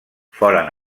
foren